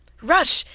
rush!